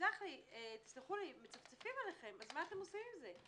סלחו לי מצפצפים עליכם, אז מה אתם עושים עם זה?